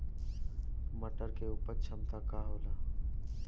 मटर के उपज क्षमता का होला?